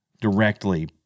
directly